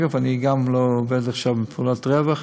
אגב, גם אני לא עובד עכשיו תמורת רווח,